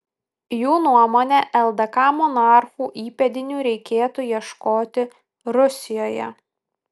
jų nuomone ldk monarchų įpėdinių reikėtų ieškoti rusijoje